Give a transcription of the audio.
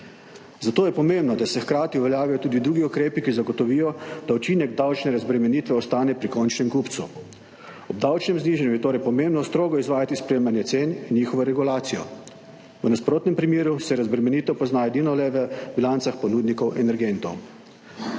Zato je pomembno, da se hkrati uveljavijo tudi drugi ukrepi, ki zagotovijo, da učinek davčne razbremenitve ostane pri končnem kupcu. Ob davčnem znižanju je torej pomembno strogo izvajati sprejemanje cen in njihovo regulacijo. V nasprotnem primeru se razbremenitev pozna edino le v bilancah ponudnikov energentov.